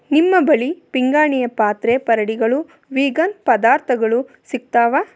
ನಿಮ್ಮ ಬಳಿ ಪಿಂಗಾಣಿಯ ಪಾತ್ರೆ ಪರಡಿಗಳು ವೀಗನ್ ಪದಾರ್ಥಗಳು ಸಿಕ್ತಾವಾ